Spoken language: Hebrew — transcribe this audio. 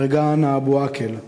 נהרגה הנא אבו עקל,